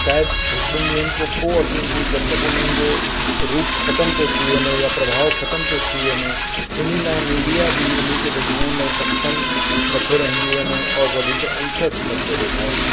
शायद हिकु ॿिन्ही ॾींहंनि खां पोइ अचनि थियूं जब तक उन्हनि जो रुप ख़तमु थो थी वञे इन लाइ मीडिया बि उन खे ॾेखाणर लाइ सक्षम नथो रहिजी वञे और वधीक इंट्रस्ट नथो ॾेखारे